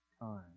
time